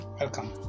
Welcome